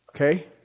Okay